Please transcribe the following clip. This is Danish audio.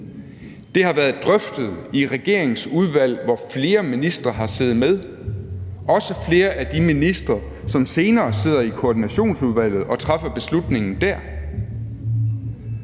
Det har været drøftet i regeringens udvalg, hvor flere ministre har siddet med – også flere af de ministre, som senere sidder i Koordinationsudvalget og træffer beslutningen der.